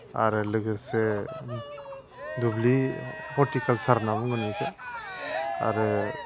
आरो लोगोसे दुब्लि हर्टिकालसार होनना बुंगोन बेखो आरो